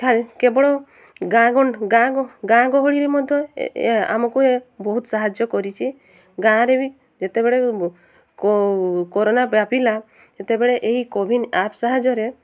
କେବଳ ଗାଁ ଗାଁ ଗାଁ ଗହଳିରେ ମଧ୍ୟ ଆମକୁ ଏ ବହୁତ ସାହାଯ୍ୟ କରିଛି ଗାଁ'ରେ ବି ଯେତେବେଳେ କରୋନା ପିଲା ସେତେବେଳେ ଏହି କୋୱିନ୍ ଆପ୍ ସାହାଯ୍ୟରେ